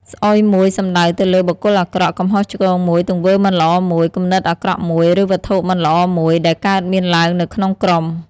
ស្អុយមួយ សំដៅទៅលើ បុគ្គលអាក្រក់ កំហុសឆ្គងមួយ ទង្វើមិនល្អមួយ គំនិតអាក្រក់មួយ ឬ វត្ថុមិនល្អមួយ ដែលកើតមានឡើងនៅក្នុងក្រុម។